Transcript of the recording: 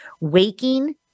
waking